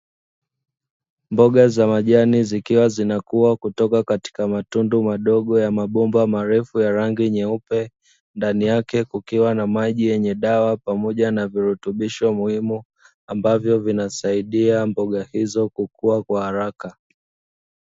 Mboga za majani zikiwa zinakua kutoka katika matundu madogo ya mabomba marefu ya rangi nyeupe, ndani yake kukiwa na maji yenye dawa pamoja na virutubisho muhimu ambayo vinasaidia mboga hizo kukua kwa haraka.